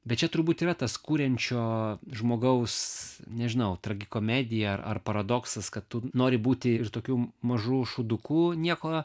bet čia turbūt yra tas kuriančio žmogaus nežinau tragikomedija ar paradoksas kad tu nori būti ir tokiu mažu šūdu nieko